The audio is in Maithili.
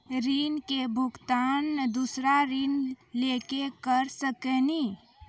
ऋण के भुगतान दूसरा ऋण लेके करऽ सकनी?